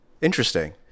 Interesting